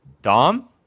Dom